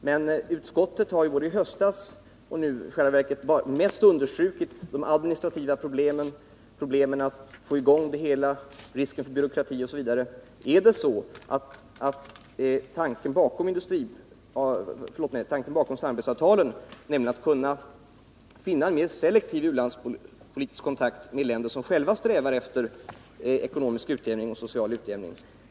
Men utskottet har ju, både i höstas och nu, i själva verket mest understrukit de administrativa problemen, problemen med att få i gång det hela, risken för byråkrati osv. Är det så att tanken bakom samarbetsavtalet är att kunna finna en mer selektiv u-landskontakt med länder som själva strävar efter ekonomisk utjämning och social utjämning.